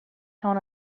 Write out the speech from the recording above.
hon